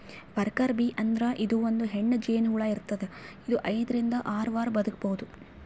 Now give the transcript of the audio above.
worker bee ಅಂದ್ರ ಇದು ಒಂದ್ ಹೆಣ್ಣ್ ಜೇನಹುಳ ಇರ್ತದ್ ಇದು ಐದರಿಂದ್ ಆರ್ ವಾರ್ ಬದ್ಕಬಹುದ್